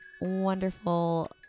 wonderful